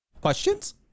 questions